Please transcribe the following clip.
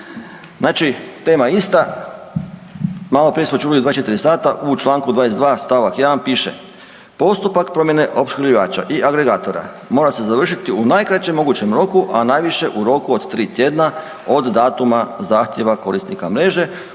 znači tema ista, maloprije smo čuli 24 sata, u čl. 22. st. 1. piše: Postupak promjene opskrbljivača i agregatora mora se završiti u najkraćem mogućem roku, a najviše u roku od 3 tjedna od datuma zahtjeva korisnika mreže u